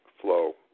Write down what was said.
flow